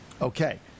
okay